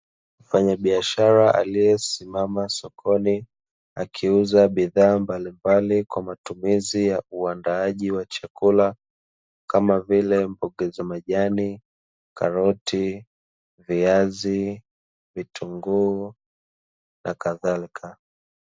Mfanyabiashara aliyesimama sokoni, akiuza bidhaa mbalimbali kwa matumizi ya uandaaji wa chakula kama vile; mboga za majani, karoti, viazi, vitunguu na kadhalika.